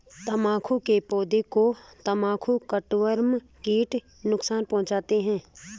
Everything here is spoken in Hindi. तंबाकू के पौधे को तंबाकू कटवर्म कीट नुकसान पहुंचाते हैं